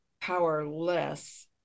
powerless